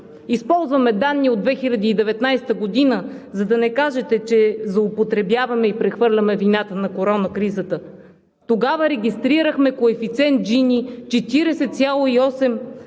Използваме данни от 2019 г., за да не кажете, че злоупотребяваме и прехвърляме вината на корона кризата. Тогава регистрирахме 40,8%